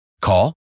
Call